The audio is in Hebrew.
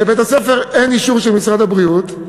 לבית-הספר אין אישור של משרד הבריאות,